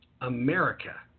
America